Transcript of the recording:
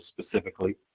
specifically